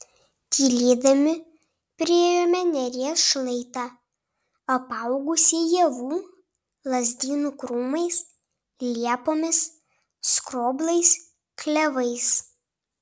tylėdami priėjome neries šlaitą apaugusį ievų lazdynų krūmais liepomis skroblais klevais